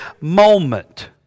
moment